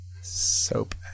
Soap